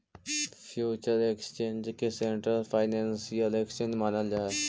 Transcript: future exchange के central financial exchange मानल जा हइ